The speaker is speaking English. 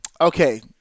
okay